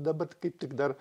dabar kaip tik dar